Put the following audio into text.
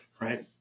right